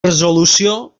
resolució